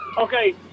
Okay